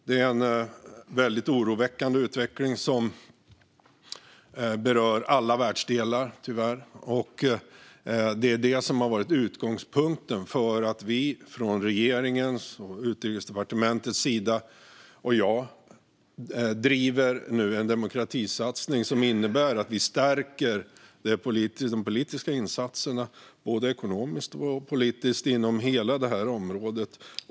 Det är en väldigt oroväckande utveckling som tyvärr berör alla världsdelar. Det är detta som har varit utgångspunkten för att vi från regeringens och Utrikesdepartementets sida - och från min sida - nu driver en demokratisatsning som innebär att vi stärker de politiska insatserna, både ekonomiskt och politiskt, inom hela detta område.